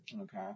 Okay